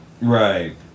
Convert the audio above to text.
Right